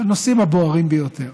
בנושאים הבוערים ביותר.